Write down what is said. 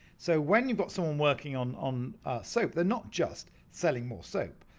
so when you've got someone working on on soap, they're not just selling more soap.